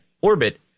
Orbit